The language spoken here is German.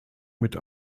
mit